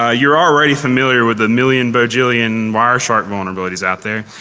ah you're already familiar with the million bajillion wireshark vulnerabilities out there.